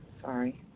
Sorry